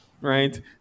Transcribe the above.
Right